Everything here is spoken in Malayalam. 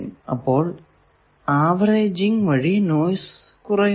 അപ്പോൾ ആവറേജിങ് വഴി നോയ്സ് കുറയുന്നു